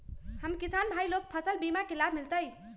हम किसान भाई लोग फसल बीमा के लाभ मिलतई?